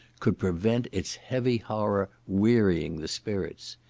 could prevent its heavy horror wearying the spirits.